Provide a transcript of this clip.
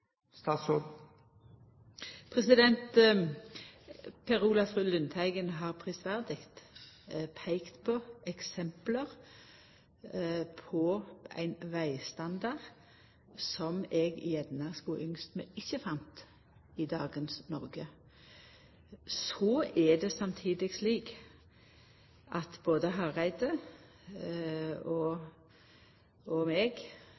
karakteristikk? Per Olaf Lundteigen har prisverdig peikt på eksempel på ein vegstandard som eg gjerne skulle ynskt meg ikkje fanst i dagens Noreg. Det er samtidig slik at både Hareide og